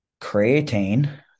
creatine